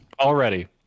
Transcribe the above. already